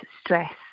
stress